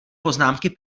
poznámky